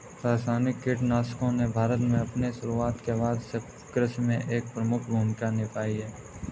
रासायनिक कीटनाशकों ने भारत में अपनी शुरूआत के बाद से कृषि में एक प्रमुख भूमिका निभाई है